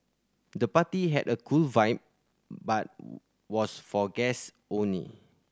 the party had a cool vibe but was for guest only